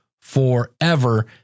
forever